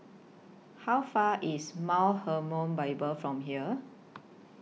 How Far away IS Mount Hermon Bible from here